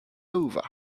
over